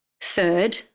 Third